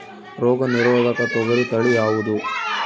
ರೋಗ ನಿರೋಧಕ ತೊಗರಿ ತಳಿ ಯಾವುದು?